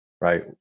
right